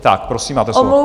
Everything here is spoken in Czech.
Tak prosím, máte slovo.